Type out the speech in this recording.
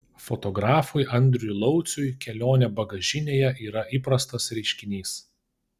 fotografui andriui lauciui kelionė bagažinėje yra įprastas reiškinys